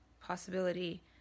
possibility